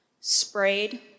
sprayed